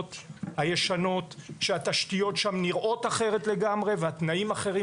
הישנות שהתשתיות שם נראות אחרת לגמרי והתנאים אחרים